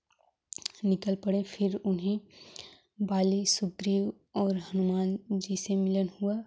निकल पड़े फिर उन्हें बाली सुग्रीव और हनुमान जी से मिलन हुआ